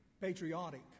patriotic